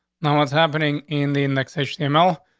no. what's happening in the indexation email?